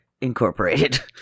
Incorporated